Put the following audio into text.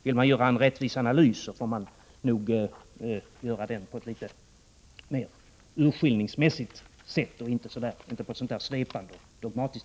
Vill man göra en rättvis analys får man nog tillämpa litet mer av urskillning och inte vara så svepande dogmatisk.